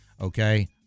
okay